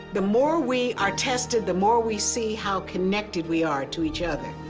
the more we are tested, the more we see how connected we are to each other.